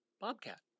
Bobcat